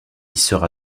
sera